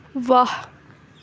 واہ